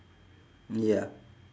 ya